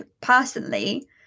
personally